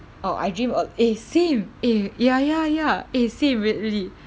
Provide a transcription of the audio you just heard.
oh I dream a eh same eh ya ya ya eh same rea~ really